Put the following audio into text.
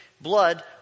blood